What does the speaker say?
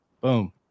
Boom